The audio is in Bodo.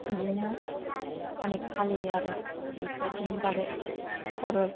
बिदिनो अनेक फालियो आरो बेफोर बायदिनि बागै खर'